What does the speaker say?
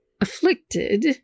afflicted